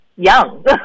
Young